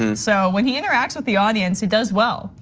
and so when he interacts with the audience, he does well.